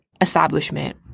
establishment